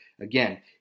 Again